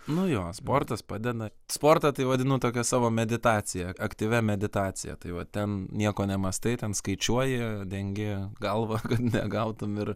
nu jo sportas padeda sportą tai vadinu tokia savo meditacija aktyvia meditacija tai vat ten nieko nemąstai ten skaičiuoji dengi galvą kad negautum ir